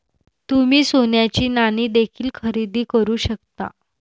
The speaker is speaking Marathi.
तुम्ही सोन्याची नाणी देखील खरेदी करू शकता